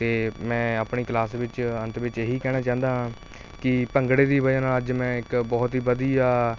ਅਤੇ ਮੈਂ ਆਪਣੀ ਕਲਾਸ ਵਿੱਚ ਅੰਤ ਵਿੱਚ ਇਹੀ ਕਹਿਣਾ ਚਾਹੁੰਦਾ ਹਾਂ ਕਿ ਭੰਗੜੇ ਦੀ ਵਜ੍ਹਾ ਨਾਲ ਅੱਜ ਮੈਂ ਇੱਕ ਬਹੁਤ ਹੀ ਵਧੀਆ